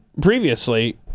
previously